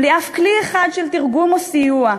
בלי אף כלי אחד של תרגום או סיוע,